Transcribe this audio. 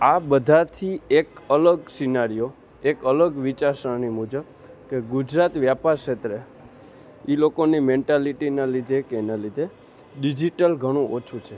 આ બધાથી એક અલગ સીનારિયો એક અલગ વિચાર સરણી મુજબ કે ગુજરાત વ્યાપાર ક્ષેત્રે એ લોકોની મેન્ટાલીટીના લીધે કે એના લીધે ડિઝિટલ ઘણું ઓછું છે